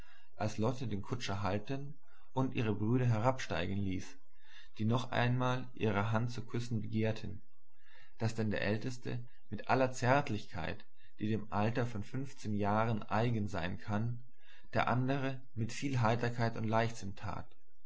als lotte den kutscher halten und ihre brüder herabsteigen ließ die noch einmal ihre hand zu küssen begehrten das denn der älteste mit aller zärtlichkeit die dem alter von fünfzehn jahren eigen sein kann der andere mit viel heftigkeit und leichtsinn tat